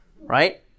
Right